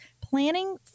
Planning